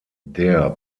der